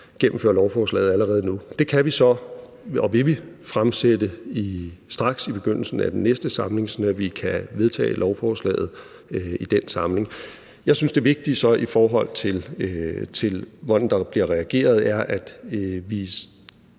gennemføre lovforslaget allerede nu. Det kan vi så, og vil vi, fremsætte straks i begyndelsen af næste samling, sådan at vi kan vedtage lovforslaget i den samling. Jeg synes så, at det vigtige, i forhold til hvordan der bliver reageret, er, at vi